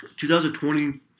2020